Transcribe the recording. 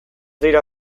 dira